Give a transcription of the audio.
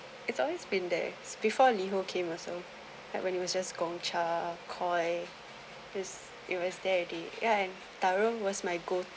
it's always been there before liho came also had when he was just gong-cha koi is it was there already ya and taro was my goal